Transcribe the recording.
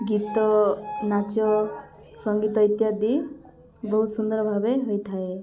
ଗୀତ ନାଚ ସଙ୍ଗୀତ ଇତ୍ୟାଦି ବହୁତ ସୁନ୍ଦର ଭାବେ ହୋଇଥାଏ